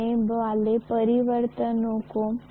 उस व्यक्तिगत कंडक्टर द्वारा अनुभव किया गया बल क्या है